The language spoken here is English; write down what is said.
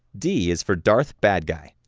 d is for darth bad guy,